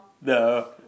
No